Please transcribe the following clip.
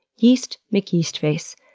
yeast mcyeastface,